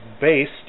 based